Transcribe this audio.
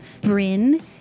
Bryn